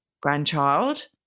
grandchild